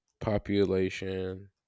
Population